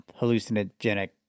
hallucinogenic